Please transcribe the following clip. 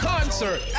Concert